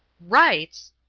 rights!